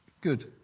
good